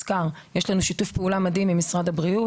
שהוזכרה כאן מקודם וקורית בשיתוף פעולה עם משרד הבריאות,